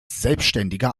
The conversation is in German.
selbständiger